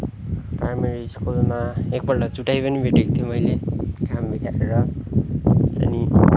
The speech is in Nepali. प्राइमेरी स्कुलमा एकपल्ट चुटाइ पनि भेटेको थिएँ मैले काम बिगारेर अनि